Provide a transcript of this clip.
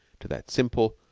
to that simple,